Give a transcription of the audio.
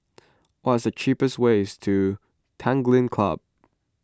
what is the cheapest ways to Tanglin Club